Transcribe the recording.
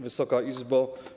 Wysoka Izbo!